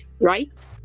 right